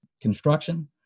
construction